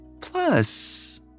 Plus